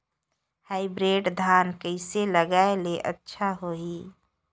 Hybrid धान कइसे लगाय ले अच्छा होही?